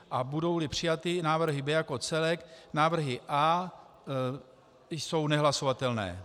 A budouli přijaty návrhy B jako celek, návrhy A jsou nehlasovatelné.